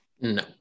No